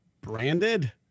Branded